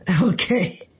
Okay